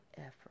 effort